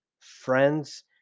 friends